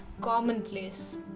commonplace